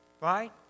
right